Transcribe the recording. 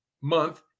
month